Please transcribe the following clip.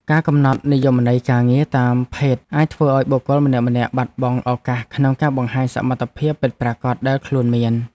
ការកំណត់និយមន័យការងារតាមភេទអាចធ្វើឱ្យបុគ្គលម្នាក់ៗបាត់បង់ឱកាសក្នុងការបង្ហាញសមត្ថភាពពិតប្រាកដដែលខ្លួនមាន។